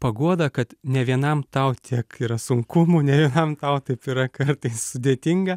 paguodą kad ne vienam tau tiek yra sunkumų ne vienam tau taip yra kartais sudėtinga